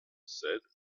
said